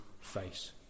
face